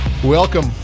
Welcome